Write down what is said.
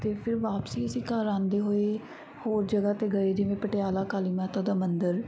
ਅਤੇ ਫਿਰ ਵਾਪਸੀ ਅਸੀਂ ਘਰ ਆਉਂਦੇ ਹੋਏ ਹੋਰ ਜਗ੍ਹਾ 'ਤੇ ਗਏ ਜਿਵੇਂ ਪਟਿਆਲਾ ਕਾਲੀ ਮਾਤਾ ਦਾ ਮੰਦਰ